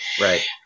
right